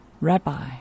Rabbi